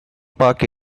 park